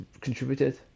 contributed